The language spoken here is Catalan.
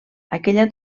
aquella